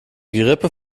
gerippe